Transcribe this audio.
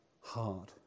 hard